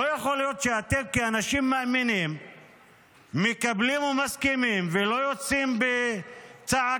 לא יכול להיות שאתם כאנשים מאמינים מקבלים ומסכימים ולא יוצאים בצעקה